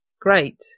great